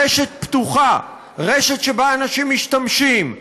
רשת פתוחה, רשת שבה אנשים משתמשים,